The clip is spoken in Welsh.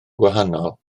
gwahanol